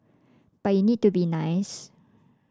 but you need to be nice